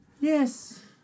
Yes